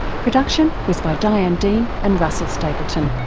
production was by diane dean and russell stapleton.